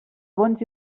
bonys